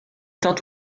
tint